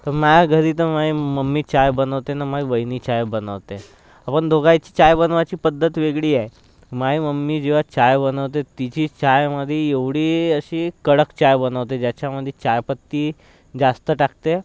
तर माझ्या घरी तर माझी मम्मी चाय बनवते अन माझी वहिनी चाय बनवते पण दोघायची चाय बनवायची पद्धत वेगळी आहे माझी मम्मी जेव्हा चाय बनवते तिची चायमध्ये एवढी अशी कडक चाय बनवते ज्याच्यामध्ये चायपत्ती जास्त टाकते